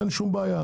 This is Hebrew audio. אין שום בעיה.